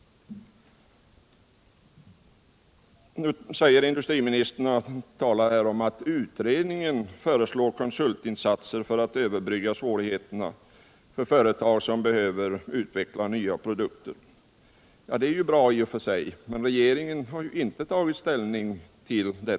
Industriministern talar om att utredningen föreslår konsultinsatser för att överbrygga svårigheterna för företag som behöver utveckla nya produkter. Ja, det är i och för sig bra, men regeringen har inte tagit ställning i frågan.